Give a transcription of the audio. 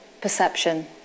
perception